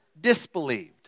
disbelieved